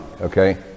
okay